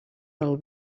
del